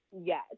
Yes